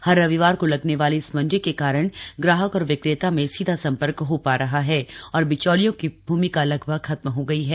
हर रविवार को लगने वाली इस मंडी के कारण ग्राहक और विक्रेता में सीधा संपर्क हो पा रहा है और बिचैलियों की भूमिका खत्म हो गई है